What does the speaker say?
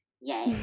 yay